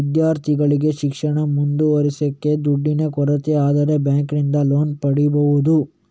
ವಿದ್ಯಾರ್ಥಿಗಳಿಗೆ ಶಿಕ್ಷಣ ಮುಂದುವರಿಸ್ಲಿಕ್ಕೆ ದುಡ್ಡಿನ ಕೊರತೆ ಆದ್ರೆ ಬ್ಯಾಂಕಿನಿಂದ ಲೋನ್ ಪಡೀಬಹುದು